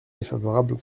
défavorable